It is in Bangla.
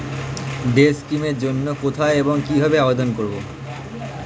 ডে স্কিম এর জন্য কোথায় এবং কিভাবে আবেদন করব?